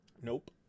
Nope